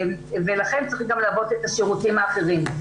ולכן צריך גם לעבות את השירותים האחרים.